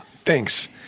Thanks